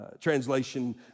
translation